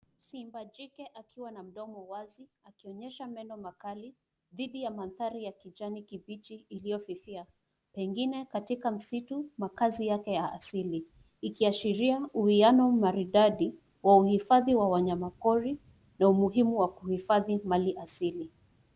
Simba jike akiwa na mdomo wazi akionyesha meno makali dhidhi ya mandhari ya kijani kibichi iliyofifia, pengine katika msitu. Mkaazi yake ya asili ikiashiria uwiano maridadi wa uhifadhi wa wanyama pori na umuhimu wa kuhifadhi mali asili.